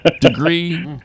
degree